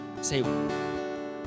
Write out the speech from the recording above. say